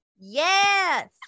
Yes